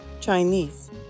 Chinese